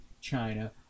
China